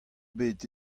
bet